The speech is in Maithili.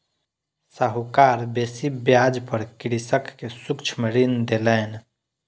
साहूकार बेसी ब्याज पर कृषक के सूक्ष्म ऋण देलैन